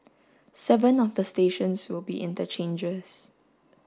seven of the stations will be interchanges